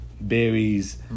berries